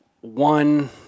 one